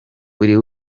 buri